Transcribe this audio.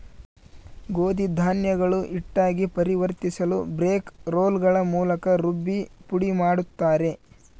ಗೋಧಿ ಧಾನ್ಯಗಳು ಹಿಟ್ಟಾಗಿ ಪರಿವರ್ತಿಸಲುಬ್ರೇಕ್ ರೋಲ್ಗಳ ಮೂಲಕ ರುಬ್ಬಿ ಪುಡಿಮಾಡುತ್ತಾರೆ